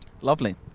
Lovely